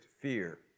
fear